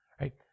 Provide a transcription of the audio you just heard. right